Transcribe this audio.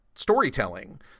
storytelling